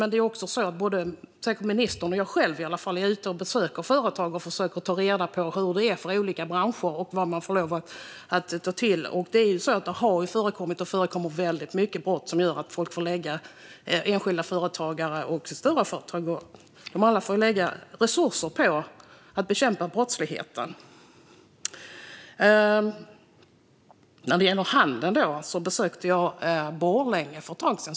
Men både ministern, säkert, och i alla fall jag själv är ute och besöker företag och försöker ta reda på hur det är för olika branscher och vilka åtgärder de får lov att ta till. Det har förekommit, och förekommer, många brott som gör att både små och stora enskilda företag får lägga resurser på att bekämpa brottsligheten. Jag besökte Borlänge för ett tag sedan.